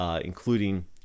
including